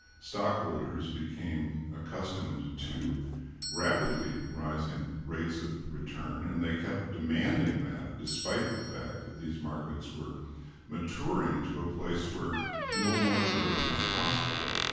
stockholders became accustomed to rapidly rising rates of return and they kept demanding that, despite the fact that these markets were maturing to a place where no more growth is possible.